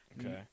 Okay